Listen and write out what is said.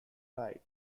light